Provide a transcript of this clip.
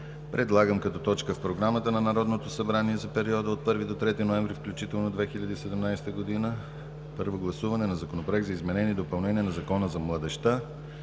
предлагам като точка в Програмата на Народното събрание за периода от 1 до 3 ноември 2017 г. включително Първо гласуване на Законопроект за изменение и допълнение на Закона за младежта,